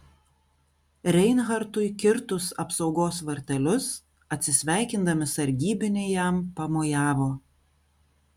reinhartui kirtus apsaugos vartelius atsisveikindami sargybiniai jam pamojavo